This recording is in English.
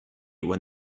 when